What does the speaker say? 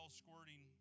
squirting